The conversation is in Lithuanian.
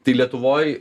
tai lietuvoj